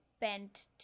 bent